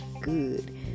good